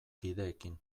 kideekin